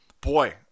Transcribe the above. boy